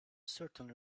certainly